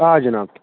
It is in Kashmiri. آ جِناب